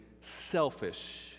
selfish